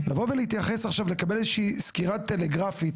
לבוא ולהתייחס עכשיו ולקבל איזו שהיא סקירה טלגרפית